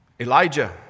Elijah